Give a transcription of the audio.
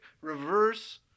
reverse